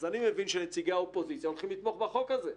אז אני מבין שנציגי האופוזיציה הולכים לתמוך בחוק הזה,